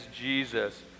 Jesus